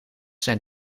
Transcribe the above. zijn